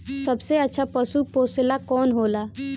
सबसे अच्छा पशु पोसेला कौन होला?